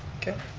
okay,